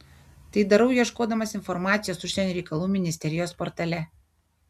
tai darau ieškodamas informacijos užsienio reikalų ministerijos portale